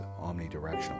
omnidirectional